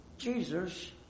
Jesus